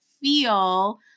feel